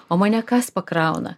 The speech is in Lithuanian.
o mane kas pakrauna